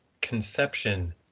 conception